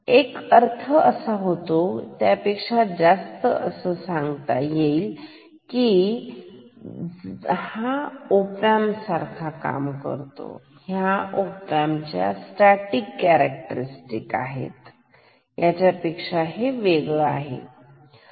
एक अर्थ असा होतो त्यापेक्षा जास्त आहे आणि जर तो जास्त असेल त्यापेक्षा तर op amp च्या स्टॅटिक कॅरेक्टर स्टिक हे पेक्षा जास्त आहे